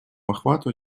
охвату